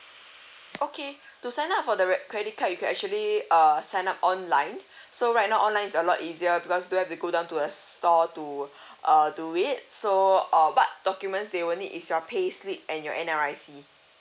okay to sign up for the re~ credit card you can actually uh sign up online so right now online is a lot easier because don't have to go down to a store to uh do it so uh what documents they will need is your payslip and your N_R_I_C